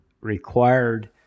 required